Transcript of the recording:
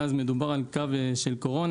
בזמנו היה מדובר על קו קורונה,